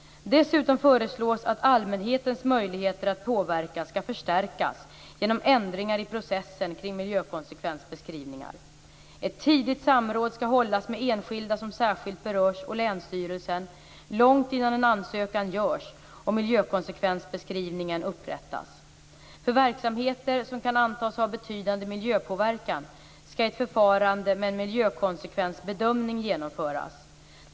Dessutom föreslås att allmänhetens möjligheter att påverka skall förstärkas genom ändringar i processen kring miljökonsekvensbeskrivningar. Ett tidigt samråd skall hållas med enskilda som särskilt berörs och länsstyrelsen långt innan en ansökan görs och miljökonsekvensbeskrivningen upprättas. För verksamheter som kan antas ha betydande miljöpåverkan skall ett förfarande med en miljökonsekvensbedömning genomföras.